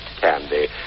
Candy